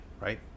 Right